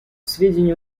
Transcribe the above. сведению